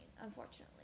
unfortunately